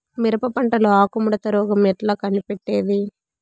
మిరప పంటలో ఆకు ముడత రోగం ఎట్లా కనిపెట్టేది?